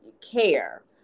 care